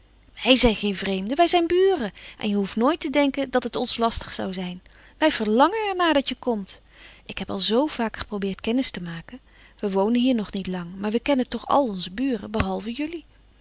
wij zijn geen vreemden wij zijn buren en je hoeft nooit te denken dat het ons lastig zou zijn wij verlangen er naar dat je komt ik heb al zoo vaak geprobeerd kennis te maken we wonen hier nog niet lang maar we kennen toch al onze buren behalve jullie